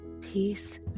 Peace